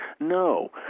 No